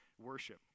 worship